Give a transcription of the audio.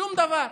שום דבר.